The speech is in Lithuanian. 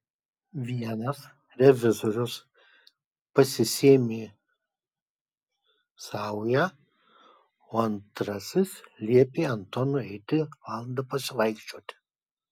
vienas revizorius pasisėmė saują o antrasis liepė antonui eiti valandą pasivaikščioti